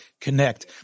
connect